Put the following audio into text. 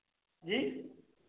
जी